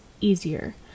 easier